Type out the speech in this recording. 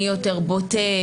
מי יותר בוטה,